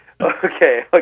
Okay